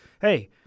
hey—